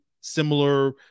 similar